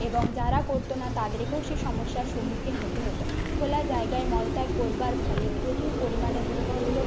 এবং যারা করতো না তাদেরকেও সেই সমস্যার সম্মুখীন হতে হতো খোলা জায়গায় মলত্যাগ করবার ফলে প্রচুর পরিমাণে দুর্গন্ধ